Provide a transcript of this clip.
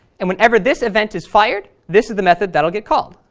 and whenever this event is fired this is the method that will get called,